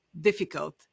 difficult